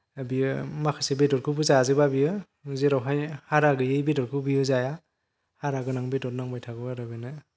बियो माखासे बेदरखौबो जाजोबा बेयो जेरावहाय हारा गैयि बेदरखौ बियो जाया हारा गोनां बेदर नांबाय थागौ आरो बेनो